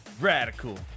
radical